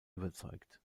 überzeugt